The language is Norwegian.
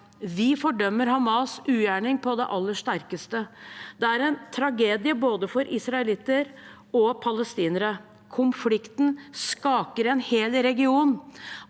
Vi fordømmer Hamas’ ugjerning på det aller sterkeste. Det er en tragedie for både israelere og palestinere. Konflikten skaker en hel region.